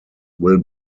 will